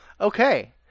Okay